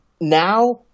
now